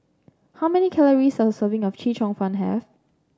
how many calories does a serving of Chee Cheong Fun have